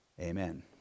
amen